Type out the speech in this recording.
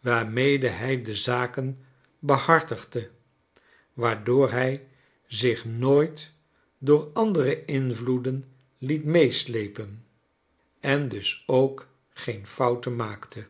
waarmede hij de zaken behartigde waardoor hij zich nooit door andere invloeden liet meesleepen en dus ook geen fouten maakte